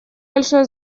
большое